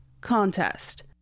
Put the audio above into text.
contest